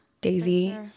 Daisy